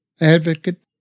advocate